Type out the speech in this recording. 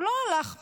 הוא לא הלך ממחלה,